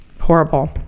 horrible